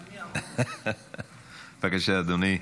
בבקשה, אדוני.